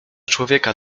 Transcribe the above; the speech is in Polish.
człowieka